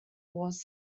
wars